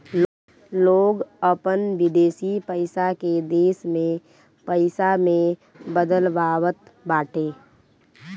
लोग अपन विदेशी पईसा के देश में पईसा में बदलवावत बाटे